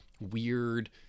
weird